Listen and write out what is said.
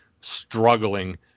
struggling